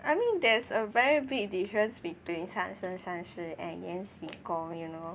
I mean there's a very big difference between 三生三世 and 延禧宫 you know